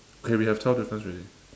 okay we have twelve difference already